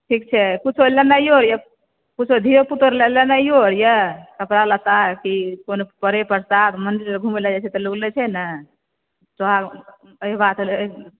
ठीक छै किछो लेनाइयो यऽ किछो धियोपुतो लए लेनाइयो यऽ कपड़ा लत्ता की कोनो परे प्रसाद मन्दिर आओर घुमै लए जाइ छै तऽ लोग लै छै ने सोहाग अहिबात